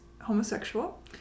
homosexual